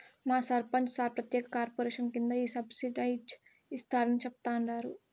మా సర్పంచ్ సార్ ప్రత్యేక కార్పొరేషన్ కింద ఈ సబ్సిడైజ్డ్ ఇస్తారని చెప్తండారు